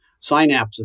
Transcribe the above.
synapses